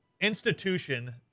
institution